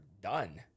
done